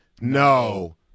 No